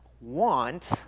want